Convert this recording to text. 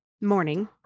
morning